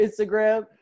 Instagram